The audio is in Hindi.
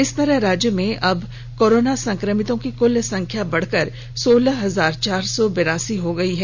इस तरह राज्य में अब कोरोना संक्रमितों की कुल संख्या बढ़कर सोलह हजार चार सौ बिरासी हो गई है